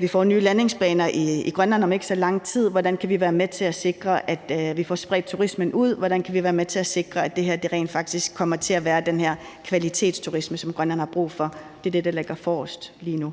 vi får nye landingsbaner i Grønland om ikke så lang tid. Så jeg tænker på, hvordan vi kan være med til at sikre, at vi får spredt turismen ud, hvordan vi kan være med til at sikre, at det her rent faktisk kommer til at være den kvalitetsturisme, som Grønland har brug for. Det er det, der ligger forrest lige nu,